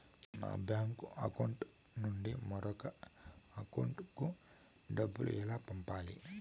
నా bank account నుండి మరొకరి అకౌంట్ కు డబ్బులు ఎలా పంపాలి